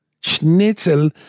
schnitzel